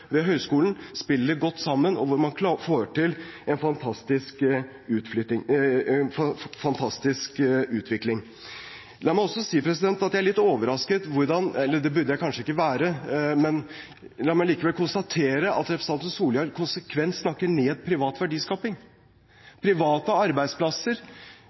ved høyskolen spiller godt sammen, og hvor man får til en fantastisk utvikling. La meg også si at jeg er litt overrasket over hvordan – det burde jeg kanskje ikke være, men la meg likevel konstatere – representanten Solhjell konsekvent snakker ned privat verdiskaping. Private arbeidsplasser